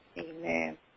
Amen